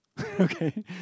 Okay